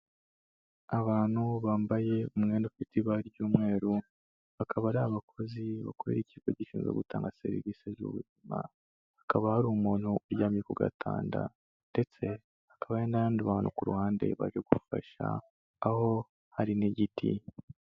Abantu bambaye umwenda ufite ibara ry'umweru, bakaba ari abakozi bakorera ikigo gishinzwe gutanga serivisi z'ubuzima, hakaba hari umuntu uryamye ku gatanda ndetse hakaba n'abandi bantu ku ruhande bari gufasha, aho hari n'igiti.